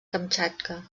kamtxatka